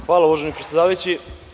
Hvala uvaženi predsedavajući.